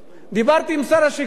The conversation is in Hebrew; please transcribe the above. דיברתי עם שר השיכון,